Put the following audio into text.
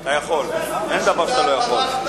אתה יכול, אין דבר שאתה לא יכול.